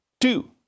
Two